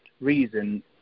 reason